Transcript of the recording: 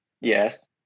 Yes